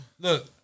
look